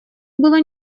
было